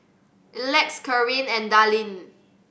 Elex Kareen and Dallin